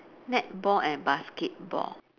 netball and basketball